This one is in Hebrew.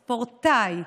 ספורטאי,